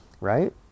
right